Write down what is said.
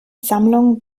sammlung